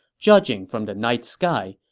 judging from the night sky,